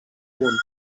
punt